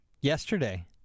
yesterday